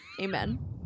Amen